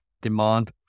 demand